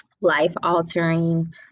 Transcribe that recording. life-altering